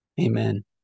Amen